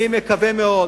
אני מקווה מאוד